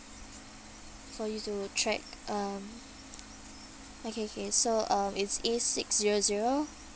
for you to track um okay okay so um it's A six zero zero